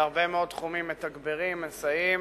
בהרבה מאוד תחומים אנחנו מתגברים ומסייעים.